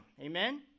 Amen